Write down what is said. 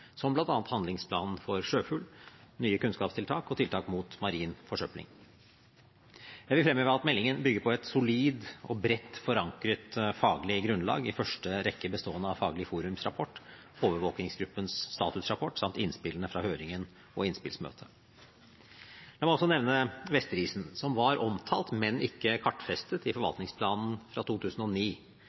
som bl.a. handlingsplanen for sjøfugl, nye kunnskapstiltak og tiltak mot marin forsøpling. Jeg vil fremheve at meldingen bygger på et solid og bredt forankret faglig grunnlag, i første rekke bestående av Faglig forums rapport, Overvåkingsgruppens statusrapport samt innspillene fra høringen og innspillsmøtet. Jeg må også nevne Vesterisen, som var omtalt, men ikke kartfestet i forvaltningsplanen fra 2009.